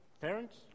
Parents